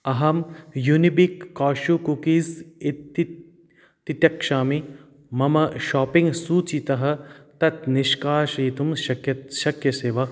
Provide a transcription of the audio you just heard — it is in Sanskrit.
अहं यूनिबिक् क्याशू कुक्कीस् इति तित्यक्षामि मम शाप्पिङ्ग् सूचितः तत् निष्काशयितुं शक्य शक्यसे वा